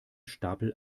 stapel